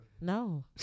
No